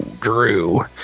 drew